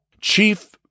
Chief